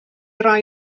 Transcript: rai